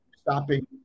stopping